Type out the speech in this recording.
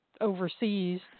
overseas